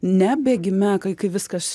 ne bėgime kai kai viskas